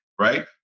right